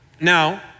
Now